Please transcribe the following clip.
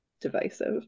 Divisive